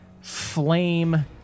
flame